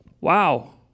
Wow